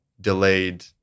delayed